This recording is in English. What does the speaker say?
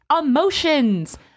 emotions